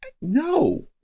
No